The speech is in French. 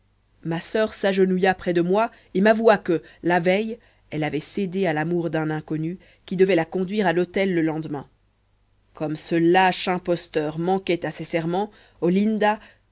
ma soeur s'agenouilla près de moi et m'avoua que la veille elle avait cédé à l'amour d'un inconnu qui devait la conduire à l'autel le lendemain comme ce lâche imposteur manquait à ses serments olinda